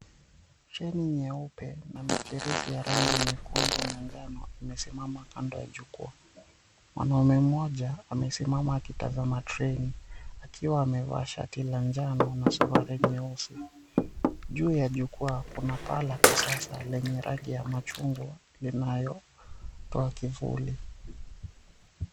Treni nyeupe na michirizi ya nyekundu na manjano imesimama kando ya jukwaa. Mwanaume mmoja amesimama akitazama treni akiwa amevaa shati la njano na suruali nyeusi. Juu ya jukwaa kuna paa la kisasa lenye rangi ya machungwa linayotoa kivuli.